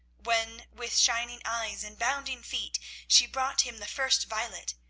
when with shining eyes and bounding feet she brought him the first violet,